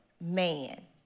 man